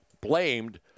blamed